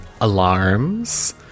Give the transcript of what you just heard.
Alarms